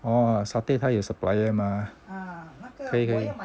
oh satay 他有 supplier 吗可以可以